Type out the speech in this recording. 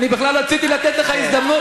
אני בכלל רציתי לתת לך הזדמנות.